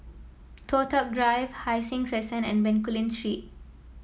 Toh Tuck Drive Hai Sing Crescent and Bencoolen Street